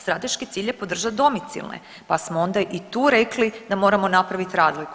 Strateški cilj je podržati domicilne, pa smo onda i tu rekli da moramo napravit razliku.